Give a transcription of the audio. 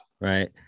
right